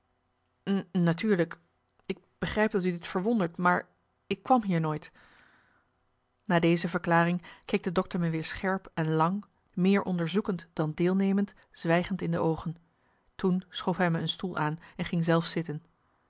natuurlijk ik begrijp dat u dit verwondert maar ik kwam hier nooit na deze verklaring keek de dokter me weer scherp en lang meer onderzoekend dan deelnemend zwijgend in de oogen toen schoof hij me een stoel aan en ging zelf zitten